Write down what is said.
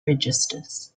registers